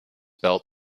belt